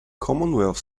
commonwealth